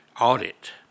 audit